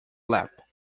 lap